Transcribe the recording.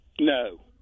No